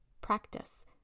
practice